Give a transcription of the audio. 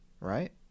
right